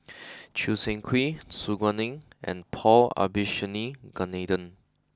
Choo Seng Quee Su Guaning and Paul Abisheganaden